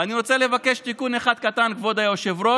ואני רוצה לבקש תיקון אחד קטן, כבוד היושב-ראש,